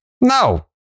no